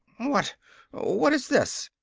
what what is this?